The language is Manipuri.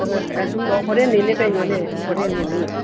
ꯑꯥ ꯑꯗꯨꯝ ꯍꯣꯔꯦꯟꯅꯤꯅꯦ ꯀꯩꯅꯣꯅꯦ ꯍꯣꯔꯦꯟꯅꯦꯃꯤ